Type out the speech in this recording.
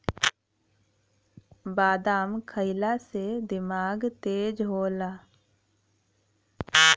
बादाम खइला से दिमाग तेज होला